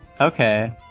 Okay